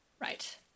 Right